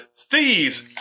thieves